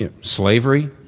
slavery